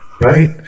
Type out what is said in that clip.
right